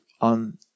on